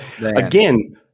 Again